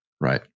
right